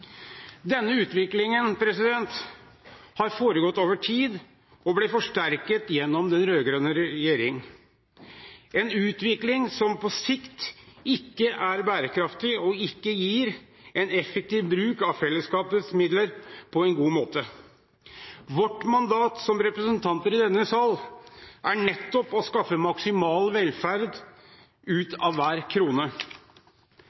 Denne utviklingen har pågått over tid og ble forsterket under den rød-grønne regjering. Det er en utvikling som på sikt ikke er bærekraftig, og som ikke gir en effektiv bruk av fellesskapets midler på en god måte. Vårt mandat som representanter i denne sal er nettopp å skaffe maksimal velferd ut